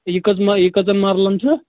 یہِ کٔژ ما یہِ کٔژَن مَرلَن چھُ